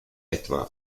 etwa